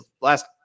last